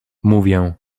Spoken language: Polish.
mówię